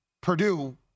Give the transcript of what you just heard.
Purdue